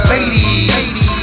Ladies